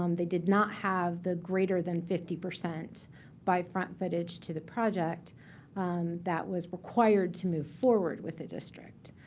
um they did not have the greater than fifty percent by front footage to the project that was required to move forward with the district.